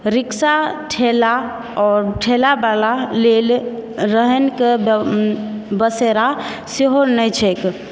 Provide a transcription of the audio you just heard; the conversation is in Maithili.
रिक्शा ठेला आओर ठेला डाला लेल रैनकऽ बसेरा सेहो नहि छैक